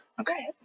Okay